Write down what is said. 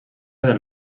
del